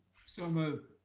so moved.